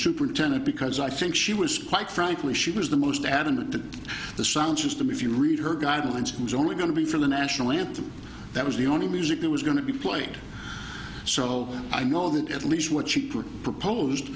superintendent because i think she was quite frankly she was the most adamant that the sound system if you read her guidelines was only going to be for the national anthem that was the only music that was going to be played so i know that at least what she proposed